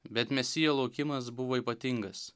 bet mesijo laukimas buvo ypatingas